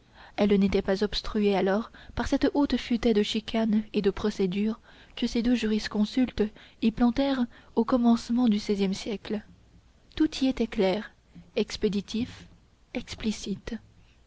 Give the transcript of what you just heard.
elle n'était pas obstruée alors par cette haute futaie de chicanes et de procédures que ces deux jurisconsultes y plantèrent au commencement du seizième siècle tout y était clair expéditif explicite